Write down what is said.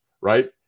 Right